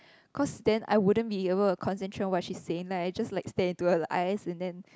cause then I wouldn't be able to concentrate what she saying like I just like stare into her eyes and then